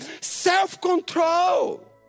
self-control